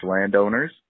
landowners